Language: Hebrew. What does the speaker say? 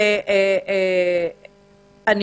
אני